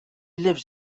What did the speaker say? lives